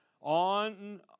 on